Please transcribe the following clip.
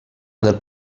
del